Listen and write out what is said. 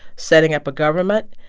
setting up a government,